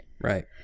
Right